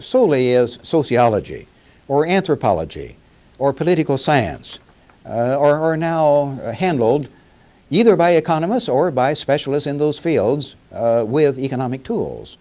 solely as sociology or anthropology or political science are now ah handled either by economists or by specialists in those fields with economic tools.